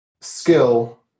skill